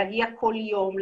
להגיע כל יום,